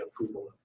approval